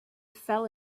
fell